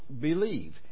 believe